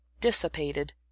dissipated